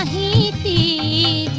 e